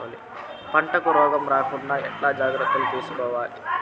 పంటకు రోగం రాకుండా ఎట్లా జాగ్రత్తలు తీసుకోవాలి?